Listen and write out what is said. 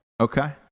Okay